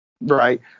Right